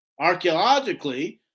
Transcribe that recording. archaeologically